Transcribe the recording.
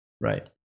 Right